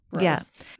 yes